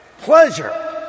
Pleasure